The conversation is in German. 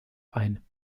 ein